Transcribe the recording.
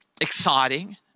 exciting